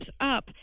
Up